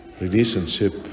relationship